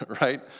right